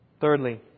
Thirdly